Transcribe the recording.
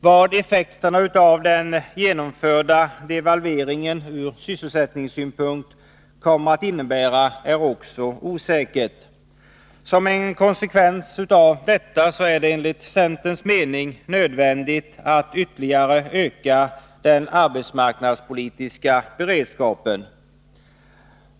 Vad effekterna av den genomförda devalveringen kommer att innebära ur sysselsättningssynpunkt är också osäkert. Som en konsekvens av detta är det enligt centerns mening nödvändigt att ytterligare öka den arbetsmarknadspolitiska beredskapen.